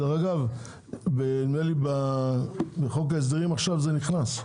דרך אגב, בחוק ההסדרים עכשיו זה נכנס,